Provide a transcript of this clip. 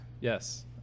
yes